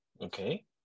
Okay